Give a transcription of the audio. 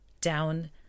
down